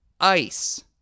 ice